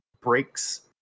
breaks